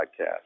podcast